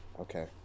Okay